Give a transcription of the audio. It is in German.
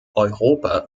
europa